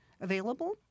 available